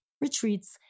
retreats